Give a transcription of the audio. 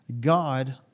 God